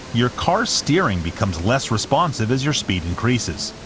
your car's steering becomes less responsive as your speed increases.